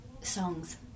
songs